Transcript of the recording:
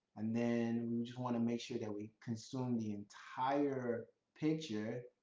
and then we just want to make sure that we consume the entire picture.